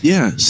Yes